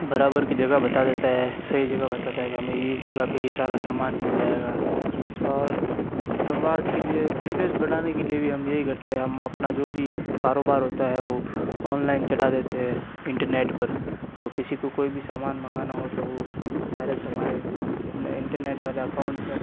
बराबर की जगह बता देता है सही जगह बताता है कि हमें यह इस जगह पर यह सारा सामान मिल जाएगा और संवाद के लिए बिज़नेस बढ़ाने के लिए भी हम यही करते हैं हम अपना जो भी कारोबार होता है वो ऑनलाइन चढ़ा देते हैं इंटरनेट पर तो किसी को कोई भी सामान मंगाना हो तो वह डायरेक्ट हमारे नए इंटरनेट वाले अकाउंट पर